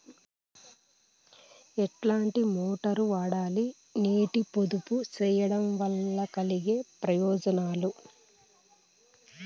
ఎట్లాంటి మోటారు వాడాలి, నీటిని పొదుపు సేయడం వల్ల కలిగే ప్రయోజనాలు?